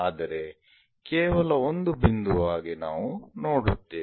ಆದರೆ ಕೇವಲ ಒಂದು ಬಿಂದುವಾಗಿ ನಾವು ನೋಡುತ್ತೇವೆ